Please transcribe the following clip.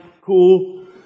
cool